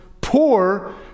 poor